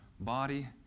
body